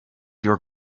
your